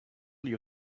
you